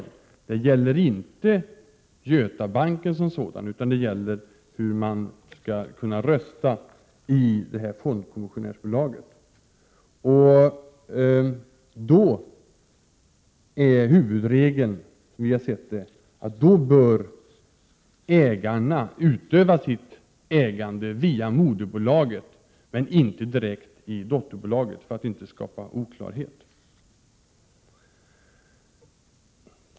Det gäller inte Götabanken som sådan, utan det gäller hur man skall kunna rösta i fondkommissionärsbolaget. Huvudregeln är, som vi har sett det, att ägarna då bör utöva sitt ägande via moderbolaget men inte direkt i dotterbolaget, och detta för att inte skapa oklarhet.